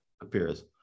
appears